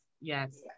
yes